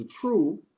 true